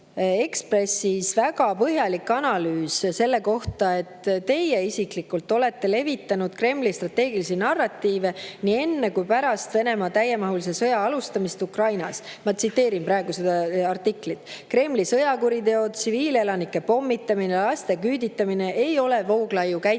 Ekspressis väga põhjalik analüüs selle kohta, et teie isiklikult olete levitanud Kremli strateegilisi narratiive nii enne kui pärast Venemaa täiemahulise sõja alustamist Ukrainas. Ma tsiteerin praegu seda artiklit: "Kremli sõjakuriteod, tsiviilelanike pommitamine, laste küüditamine ei ole Vooglaiu käitumist